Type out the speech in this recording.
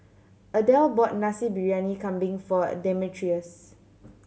Adelle bought Nasi Briyani Kambing for Demetrios